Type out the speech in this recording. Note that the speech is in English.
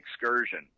excursion